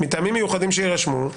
מטעמים מיוחדים שיירשמו,